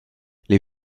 les